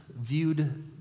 viewed